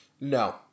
No